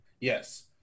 Yes